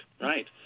right